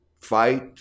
fight